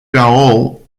gaol